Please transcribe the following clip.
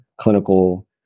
clinical